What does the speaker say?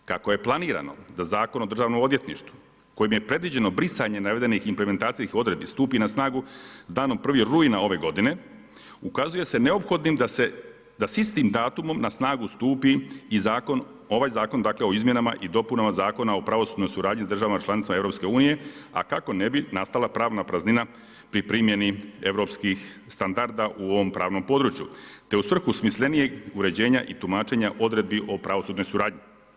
Kako je planirano da Zakon o državnom odvjetništvu, kojim je predviđeno brisanje navedenih implementacijskih odredbi stupi na snagu danom 1. rujna ove godine, ukazuje se neophodnom da s istim datumom na snagu stupi i ovaj Zakona o izmjenama i dopunama Zakona o pravosudnoj suradnji s državama članicama Europske unije, a kako ne bi nastala pravna praznina pri primjeni europskih standarda u ovom pravnom području, te u svrhu smislenijeg uređenja i tumačenja odredbi o pravosudnoj suradnji.